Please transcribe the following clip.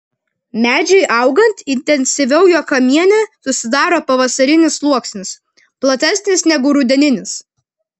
medžiui augant intensyviau jo kamiene susidaro pavasarinis sluoksnis platesnis negu rudeninis